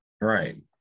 Right